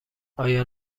آیا